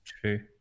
True